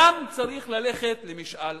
גם צריך ללכת למשאל עם.